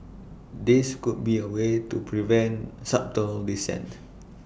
this could be A way to prevent subtle dissent